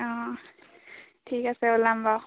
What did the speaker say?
অঁ ঠিক আছে ওলাম বাৰু